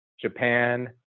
japan